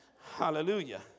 Hallelujah